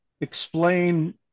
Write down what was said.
explain